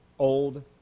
Old